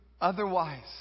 otherwise